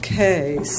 Okay